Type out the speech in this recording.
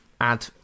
add